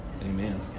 Amen